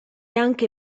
anche